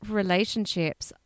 relationships